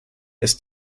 ist